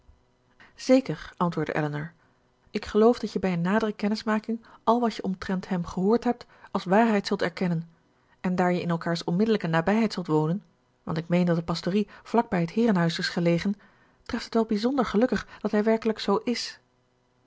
zeker antwoordde elinor ik geloof dat je bij een nadere kennismaking al wat je omtrent hem gehoord hebt als waarheid zult erkennen en daar je in elkaars onmiddellijke nabijheid zult wonen want ik meen dat de pastorie vlak bij het heerenhuis is gelegen treft het wel bijzonder gelukkig dat hij werkelijk zoo is